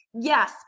yes